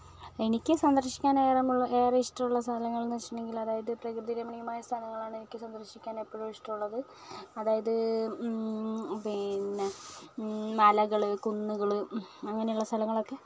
എനിക്ക് സന്ദർശിക്കാൻ ഏറെ ഇഷ്ടം ഉള്ള സ്ഥലങ്ങൾ എന്ന് വെച്ചിട്ടുണ്ടെങ്കിൽ അതായത് പ്രകൃതിരമണിയമായ ആയ സ്ഥലങ്ങൾ ആണ് എനിക്ക് സന്ദർശിക്കാൻ എപ്പോഴും ഇഷ്ടം ഉള്ളത് അതായത് പിന്നെ മലകൾ കുന്നുകൾ അങ്ങനെ ഉള്ള സ്ഥലങ്ങൾ ഒക്കെ